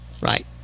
Right